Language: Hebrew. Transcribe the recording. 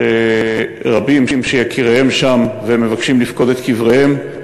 שרבים שיקיריהם שם מבקשים לפקוד את קבריהם,